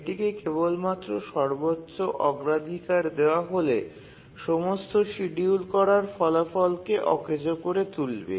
এটিকে কেবলমাত্র সর্বোচ্চ অগ্রাধিকার দেওয়া হলে সমস্ত শিডিউল করার ফলাফলকে অকেজো করে তুলবে